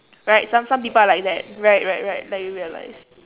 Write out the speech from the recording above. right some some people are like that right right right like you realise